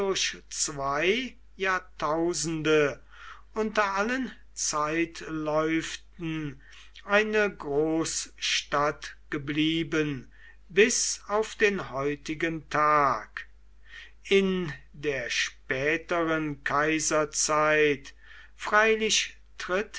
zwei jahrtausende unter allen zeitläuften eine großstadt geblieben bis auf den heutigen tag in der späteren kaiserzeit freilich